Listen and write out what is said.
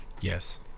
Yes